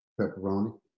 Pepperoni